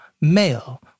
male